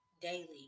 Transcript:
daily